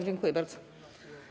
Dziękuję bardzo.